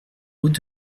route